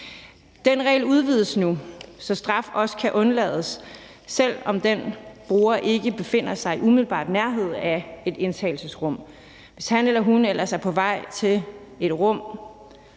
Den regel udvides nu, så straf også kan undlades, selv om den bruger ikke befinder sig i umiddelbar nærhed af et indtagelsesrum, hvis han eller hun ellers er på vej til et rum